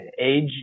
Age